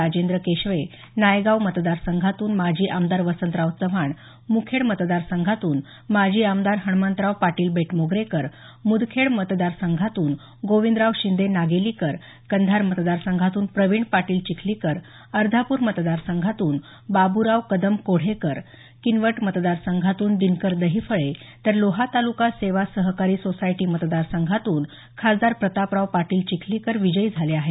राजेंद्र केशवे नायगाव मतदार संघातून माजी आमदार वसंतराव चव्हाण मुखेड मतदार संघातून माजी आमदार हणमंतराव पाटील बेटमोगरेकर मुदखेड मतदार संघातून गोविंदराव शिंदे नागेलीकर कंधार मतदार संघातून प्रविण पाटील चिखलीकर अर्धापूर मतदार संघातून बाब्राव कदम कोढेकर किनवट मतदार संघातून दिनकर दहिफळे तर लोहा तालुका सेवा सहकारी सोसायटी मतदार संघातून खासदार प्रतापराव पाटील चिखलीकर विजयी झाले आहेत